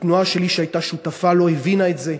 התנועה שלי שהייתה שותפה לו הבינה את זה,